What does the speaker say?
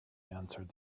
answered